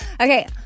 Okay